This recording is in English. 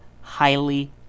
highly